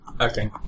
Okay